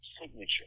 signature